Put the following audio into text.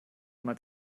mal